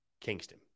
Kingston